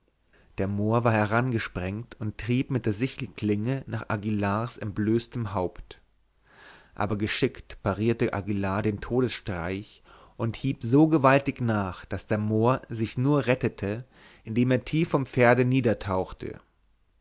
der mohr war herangesprengt und hieb herab mit der sichelklinge nach aguillars entblößtem haupt aber geschickt parierte aguillar den todesstreich und hieb so gewaltig nach daß der mohr sich nur rettete indem er tief vom pferde